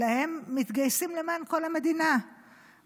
אלא הם מתגייסים למען כל המדינה והם